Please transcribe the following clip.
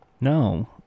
No